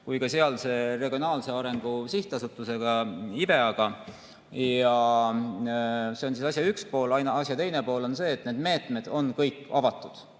kui ka sealse regionaalse arengu sihtasutusega, IVIA-ga. See on asja üks pool. Asja teine pool on see, et need meetmed on kõik avatud.